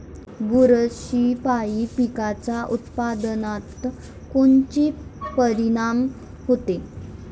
बुरशीपायी पिकाच्या उत्पादनात कोनचे परीनाम होते?